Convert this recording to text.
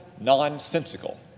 nonsensical